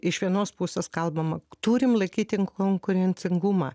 iš vienos pusės kalbama turim laikyti konkurencingumą